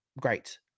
Great